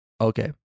Okay